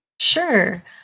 Sure